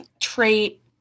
trait